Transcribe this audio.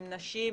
עם נשים,